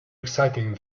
exciting